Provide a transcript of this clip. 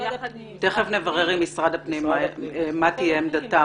תכף נברר עם משרד הפנים מה תהיה עמדתו